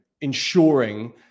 ensuring